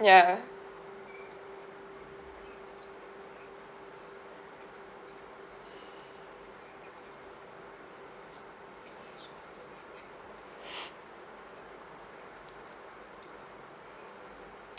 ya ya